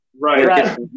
right